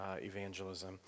evangelism